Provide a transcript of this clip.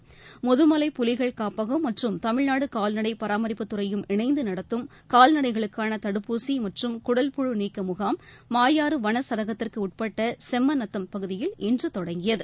பாஸ்கரன் முதுமலை புலிகள் காப்பகம் மற்றும் தமிழ்நாடு கால்நடை பராமரிப்புத்துறையும் இணைந்து நடத்தும் கால்நடைகளுக்கான தடுப்பூசி மற்றும் குடல்புழு நீக்க முகாம் மாயாறு வன சரகத்திற்கு உட்பட்ட செம்ம நத்தம் பகுதியில் இன்று தொடங்கியது